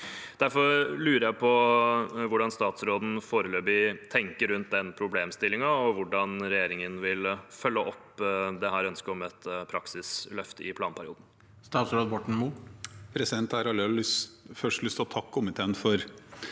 Derfor lurer jeg på hvordan statsråden foreløpig tenker rundt den problemstillingen, og hvordan regjeringen vil følge opp dette ønsket om et praksisløft i planperioden. Statsråd Ola Borten Moe Jeg har aller først lyst til å takke komiteen for